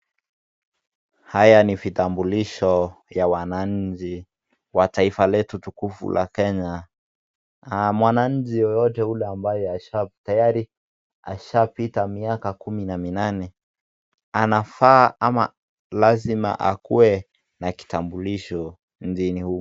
Haya ni vitabulisho ya wananchi wa taifa letu tukufu la Kenya. Mwananchi yeyote ule ambaye tayari ashapita miaka kumi na minane anafaa ama lazima akuwe na kitambulisho nchini humu.